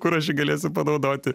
kur aš jį galėsiu panaudoti